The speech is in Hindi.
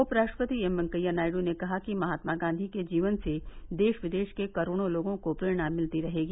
उपराष्ट्रपति एम वेंकैया नायडू ने कहा कि महात्मा गांधी के जीवन से देश विदेश के करोड़ों लोगों को प्रेरणा मिलती रहेगी